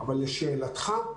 אבל לשאלתך,